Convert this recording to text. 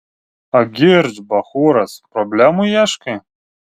agirdž bachūras problemų ieškai